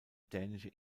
dänische